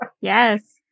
Yes